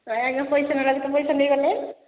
ଆଜ୍ଞା ପଇସା ନେଲା ବେଳକୁ ତ ପଇସା ନେଇ ଗଲେ